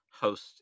host